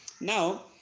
Now